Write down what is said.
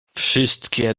wszystkie